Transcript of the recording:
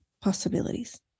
possibilities